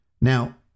Now